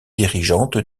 dirigeante